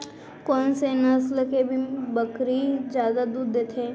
कोन से नस्ल के बकरी जादा दूध देथे